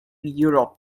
europe